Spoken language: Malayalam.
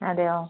അതെയോ